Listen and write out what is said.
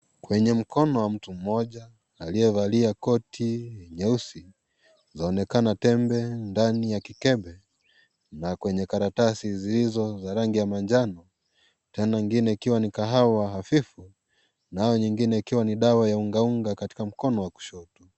Kwenye mkono wa mtu mmoja aliyevalia koti nyeusi, zaonekana tembe kando ya kikebe nyeupe, na kwenye karatasi zizo za rangi ya manjano, tena ingine ikiwa ni kahawa hafifu, nayo nyingine ikiwa ni dawa ya unga unga kwa mkono wa kushoto.